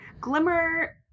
glimmer